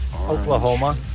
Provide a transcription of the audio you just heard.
Oklahoma